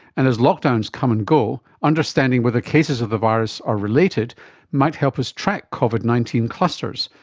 and as lockdowns come and go, understanding whether cases of the virus are related might help us track covid nineteen clusters,